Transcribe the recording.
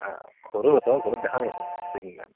অঁ ঘৰত আছ ঘৰত দেখা নাইচোন দুই তিনিদিন মান